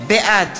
בעד